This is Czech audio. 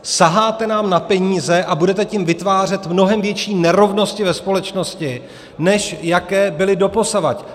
Saháte nám na peníze a budete tím vytvářet mnohem větší nerovnosti ve společnosti, než jaké byly doposud.